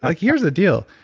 like here's the deal.